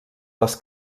les